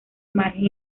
margen